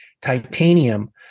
Titanium